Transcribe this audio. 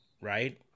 right